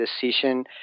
decision